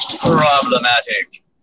problematic